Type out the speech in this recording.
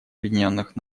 объединенных